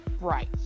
Right